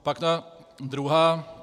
Pak ta druhá.